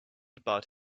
about